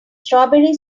strawberry